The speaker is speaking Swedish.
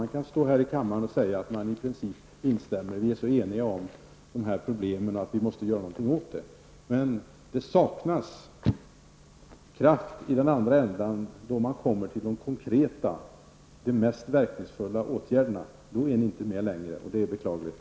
De kan stå här i kammaren och säga att man i princip instämmer och att vi är så eniga om att man måste göra någonting åt dessa problem. Men det saknas kraft i den andra änden när man kommer till de konkreta och mest verkningsfulla åtgärderna. Då är ni inte med längre, och det är beklagligt.